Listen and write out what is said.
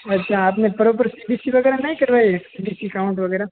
अच्छा आपने proper C B C वग़ैरह नहीं करवाई सी बी सी काउंट वग़ैरह